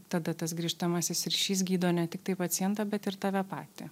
tada tas grįžtamasis ryšys gydo ne tiktai pacientą bet ir tave patį